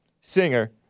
singer